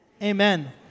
Amen